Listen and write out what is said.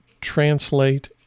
translate